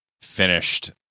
finished